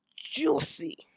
juicy